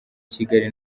kigali